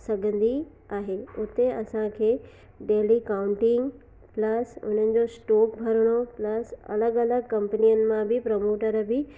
सघंदी आहे उते असांखे डेली काउंटिंग प्लस उन्हनि जो स्टोक भरिणो प्लस अलॻि अलॻि कम्पनियुनि मां बि प्रमोटर बि